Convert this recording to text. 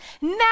Now